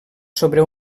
sobre